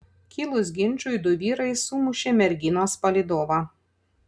kilus ginčui du vyrai sumušė merginos palydovą